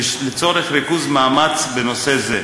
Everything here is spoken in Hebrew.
לצורך ריכוז מאמץ בנושא זה.